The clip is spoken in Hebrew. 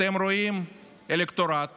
אתם רואים אלקטורט